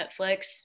Netflix